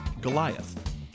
Goliath